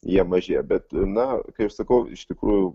jie mažėja bet na kaip sakau iš tikrųjų